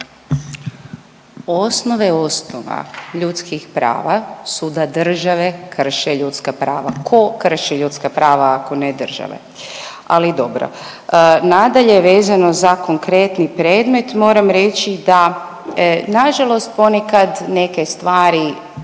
Osnove osnova ljudskih prava su da države krše ljudska prava, ko krši ljudska prava ako ne države, ali dobro. Nadalje vezano za konkretni predmet moram reći da nažalost ponekad neke stvari